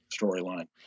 storyline